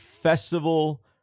Festival